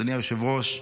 אדוני היושב-ראש,